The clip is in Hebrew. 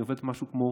היא עובדת משהו כמו